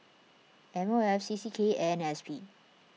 M O F C C K and S P